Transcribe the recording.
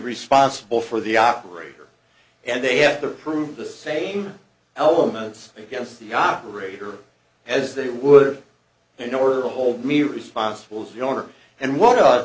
responsible for the operator and they have to prove the same elements against the operator as they would in order to hold me responsible as you are and what